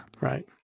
Right